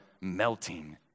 melting